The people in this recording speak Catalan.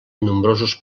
nombrosos